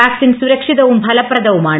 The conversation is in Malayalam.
വാക്സിൻ സുരക്ഷിതവും ഫലപ്രദവുമാണ്